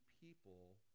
people